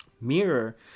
mirror